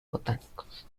botánicos